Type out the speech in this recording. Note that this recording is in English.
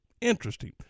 Interesting